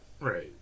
Right